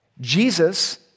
Jesus